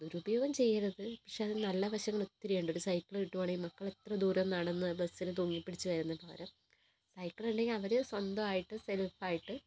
ദുരുപയോഗം ചെയ്യരുത് പക്ഷെ അത് നല്ല വശങ്ങൾ ഒത്തിരിയുണ്ട് ഒരു സൈക്കിള് കിട്ടുകയാണെങ്കിൽ മക്കൾ എത്ര ദൂരം നടന്ന് ബസ്സിൽ തൂങ്ങിപ്പിടിച്ചു വരുന്നത് പകരം അവർ സൈക്കിളുണ്ടെങ്കിൽ അവർ സ്വന്തം ആയിട്ട് സെൽഫായിട്ട്